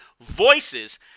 VOICES